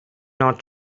not